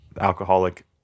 alcoholic